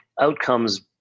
outcomes